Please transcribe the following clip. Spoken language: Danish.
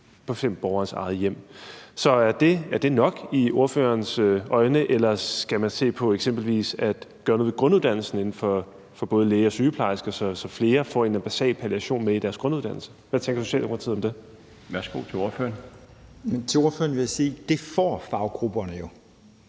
i borgerens eget hjem. Så er det nok i ordførerens øjne, eller skal man se på eksempelvis at gøre noget ved grunduddannelsen for både læger og sygeplejersker, så flere får en eller anden basal palliation med i deres grunduddannelse? Hvad tænker Socialdemokratiet om det? Kl. 16:38 Den fg. formand (Bjarne Laustsen): Værsgo til ordføreren.